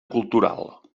cultural